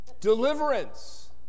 Deliverance